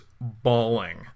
bawling